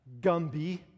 Gumby